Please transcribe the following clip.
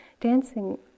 dancing